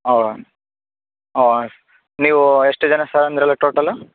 ಹಾಂ ಹಾಂ ನೀವು ಎಷ್ಟು ಜನ ಸ ಅಂದ್ರಲ್ಲ ಟೋಟಲು